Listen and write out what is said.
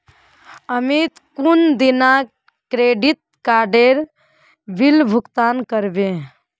अमित कुंदिना क्रेडिट काडेर बिल भुगतान करबे